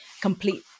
complete